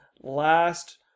last